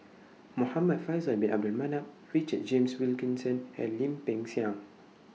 Muhamad Faisal Bin Abdul Manap Richard James Wilkinson and Lim Peng Siang